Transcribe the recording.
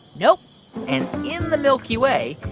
nope and in the milky way,